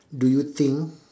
do you think